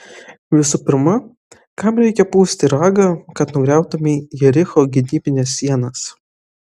visų pirma kam reikia pūsti ragą kad nugriautumei jericho gynybines sienas